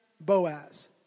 Boaz